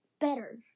better